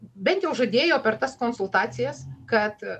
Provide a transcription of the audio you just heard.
bent jau žadėjo per tas konsultacijas kad